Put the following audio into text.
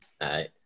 right